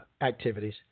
activities